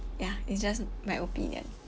ya it's just my opinion